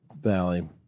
valley